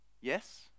Yes